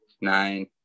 nine